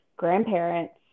grandparents